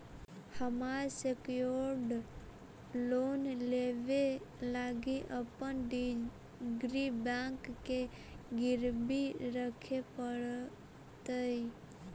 हमरा secured loan लेबे लागी अपन डिग्री बैंक के गिरवी रखे पड़तई